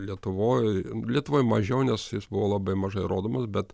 lietuvoj lietuvoj mažiau nes jis buvo labai mažai rodomas bet